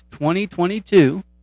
2022